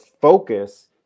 focus